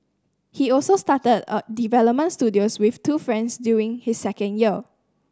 he also started a development studio with two friends during his second year